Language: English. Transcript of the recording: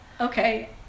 Okay